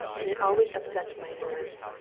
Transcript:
and it always upsets my nerves.